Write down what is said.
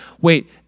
Wait